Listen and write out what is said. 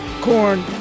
corn